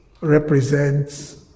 represents